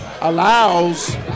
allows